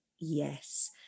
yes